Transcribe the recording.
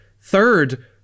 Third